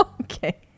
Okay